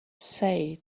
say